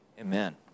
Amen